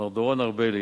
מר דורון ארבלי,